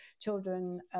children